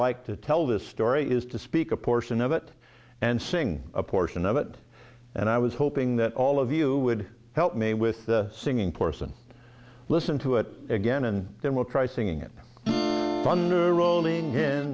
like to tell this story is to speak a portion of it and sing a portion of it and i was hoping that all of you would help me with the singing porson listen to it again and then we'll try singing it under a rolling in